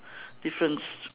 difference